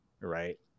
right